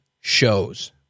shows